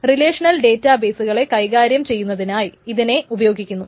relational data ബെയ്സ്കളെ കൈകാര്യം ചെയ്യുന്നതിനായി അതിനെ ഉപയോഗിക്കുന്നു